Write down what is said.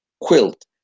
quilt